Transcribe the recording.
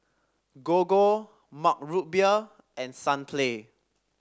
Gogo Mug Root Beer and Sunplay